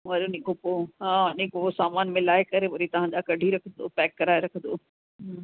वरी उन्ही खां पोइ हा उन्ही खां पोइ सामानु मिलाए करे वरी तव्हांजा कढी रखंदो पैक कराए रखंदो हम्म हम्म